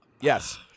Yes